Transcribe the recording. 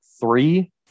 three